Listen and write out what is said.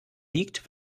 liegt